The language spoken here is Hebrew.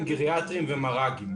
גריאטריים ובמרכזים רפואיים גריאטריים.